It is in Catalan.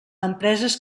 empreses